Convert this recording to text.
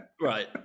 right